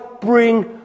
bring